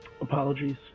Apologies